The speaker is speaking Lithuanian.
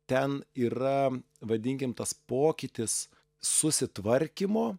ten yra vadinkim tas pokytis susitvarkymo